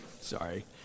Sorry